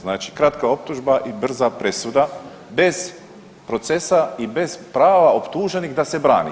Znači kratka optužba i brza presuda, bez procesa i bez prava optuženih da se brani.